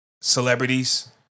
celebrities